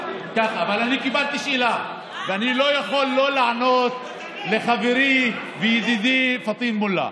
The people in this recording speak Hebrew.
אבל אני קיבלתי שאלה ואני לא יכול שלא לענות לחברי וידידי פטין מולא.